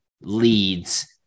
leads